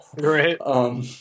great